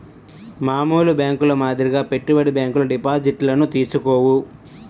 మామూలు బ్యేంకుల మాదిరిగా పెట్టుబడి బ్యాంకులు డిపాజిట్లను తీసుకోవు